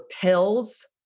pills